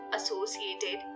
Associated